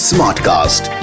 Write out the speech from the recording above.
Smartcast